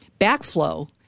backflow